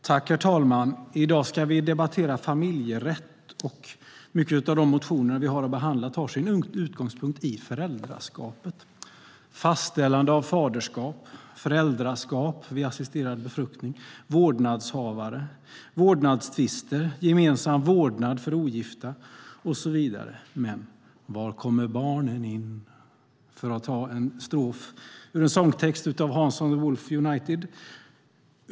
Herr talman! I dag debatterar vi familjerätt, och många av de motioner som vi har att behandla tar sin utgångspunkt i föräldraskapet. Fastställande av faderskap, föräldraskap vid assisterad befruktning, vårdnadshavare, vårdnadstvister, gemensam vårdnad för ogifta och så vidare, men var kommer barnen in? - för att citera en strof ur en sångtext av Hansson de Wolfe United.